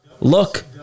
look